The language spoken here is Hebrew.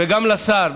וגם לשר,